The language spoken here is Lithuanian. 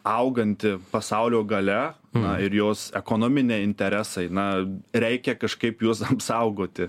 auganti pasaulio galia na ir jos ekonominiai interesai na reikia kažkaip juos apsaugoti